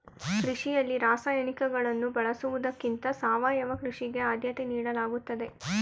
ಕೃಷಿಯಲ್ಲಿ ರಾಸಾಯನಿಕಗಳನ್ನು ಬಳಸುವುದಕ್ಕಿಂತ ಸಾವಯವ ಕೃಷಿಗೆ ಆದ್ಯತೆ ನೀಡಲಾಗುತ್ತದೆ